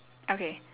okay